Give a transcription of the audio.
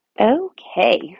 Okay